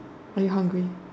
are you hungry